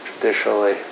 traditionally